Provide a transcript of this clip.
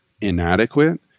inadequate